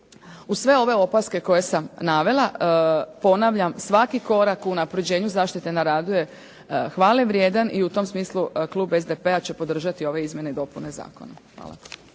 Uz sve ove opaske koje sam navela, ponavljam, svaki korak u unapređenju zaštite na radu je hvale vrijedan i u tom smislu klub SDP-a će podržati ove izmjene i dopune zakona. Hvala.